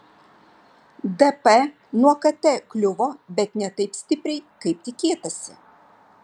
dp nuo kt kliuvo bet ne taip stipriai kaip tikėtasi